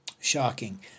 shocking